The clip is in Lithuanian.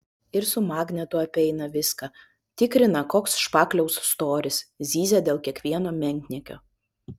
ir su magnetu apeina viską tikrina koks špakliaus storis zyzia dėl kiekvieno menkniekio